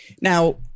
Now-